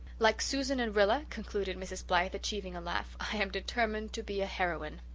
like susan and rilla, concluded mrs. blythe, achieving a laugh, i am determined to be a heroine.